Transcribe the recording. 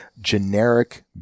generic